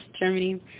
Germany